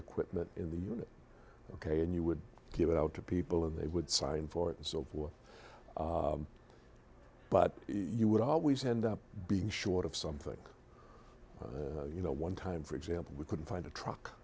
equipment in the unit ok and you would give it out to people and they would sign for it and so forth but you would always end up being short of something you know one time for example we couldn't find a truck